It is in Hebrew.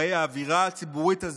הרי האווירה הציבורית הזאת,